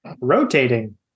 rotating